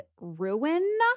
ruin